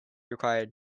required